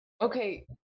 okay